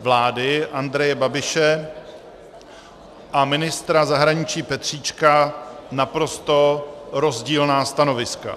vlády Andreje Babiše a ministra zahraničí Petříčka naprosto rozdílná stanoviska.